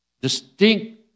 distinct